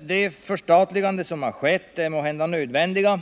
De förstatliganden som skett är måhända nödvändiga,